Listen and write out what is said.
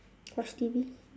watch T_V